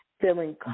feeling